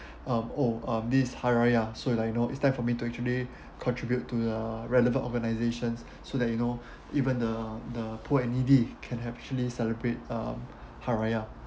um oh um it's hari-raya so and I know it's time for me to actually contribute to the relevant organizations so that you know even the the poor and needy can actually celebrate uh hari-raya